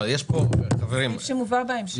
זה סעיף שמובא בהמשך.